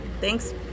Thanks